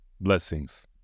Blessings